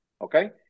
Okay